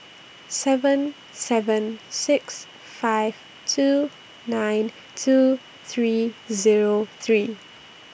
seven seven six five two nine two three Zero three